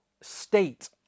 state